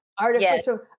Artificial